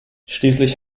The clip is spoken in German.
schließlich